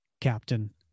Captain